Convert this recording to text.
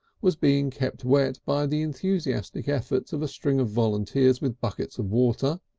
was being kept wet by the enthusiastic efforts of a string of volunteers with buckets of water,